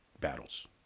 battles